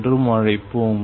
என்றும் அழைப்போம்